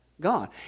God